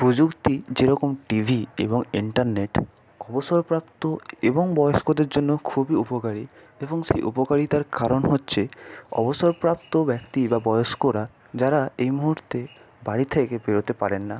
প্রযুক্তি যেরকম টিভি এবং ইন্টারনেট অবসরপ্রাপ্ত এবং বয়স্কদের জন্য খুবই উপকারী এবং সেই উপকারিতার কারণ হচ্ছে অবসরপ্রাপ্ত ব্যক্তি বা বয়স্করা যারা এই মুহুর্তে বাড়ি থেকে বেরোতে পারেন না